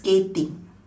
skating